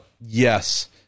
Yes